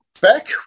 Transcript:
Back